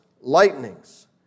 lightnings